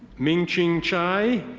ming chin chai.